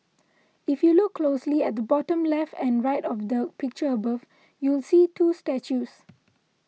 if you look closely at the bottom left and right of the picture above you'll see two statues